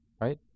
right